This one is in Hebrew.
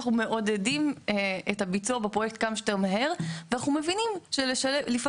שאנחנו מעודדים את הביצוע בפרויקט כמה שיותר מהר ואנחנו מבינים שלפעמים